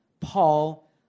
Paul